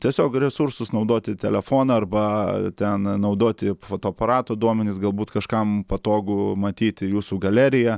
tiesiog resursus naudoti telefoną arba ten naudoti fotoaparato duomenis galbūt kažkam patogu matyti jūsų galeriją